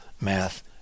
math